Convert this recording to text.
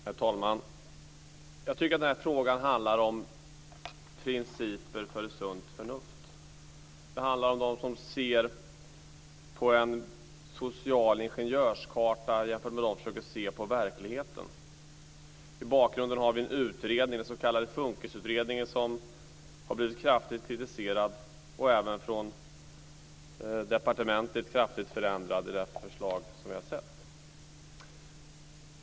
Herr talman! Jag tycker att den här frågan handlar om principer för sunt förnuft. Det handlar om dem som ser på en social ingenjörskarta jämfört med dem som försöker se på verkligheten. I bakgrunden har vi en utredning, den s.k. Funkisutredningen, som har blivit kraftigt kritiserad, och det förslag som vi har sett har blivit kraftigt förändrat på departementet.